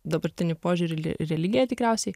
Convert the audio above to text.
dabartinį požiūrį į religiją tikriausiai